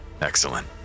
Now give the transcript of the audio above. Excellent